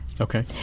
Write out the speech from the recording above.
Okay